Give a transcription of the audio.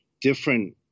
different